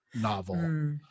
novel